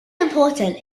important